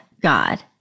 God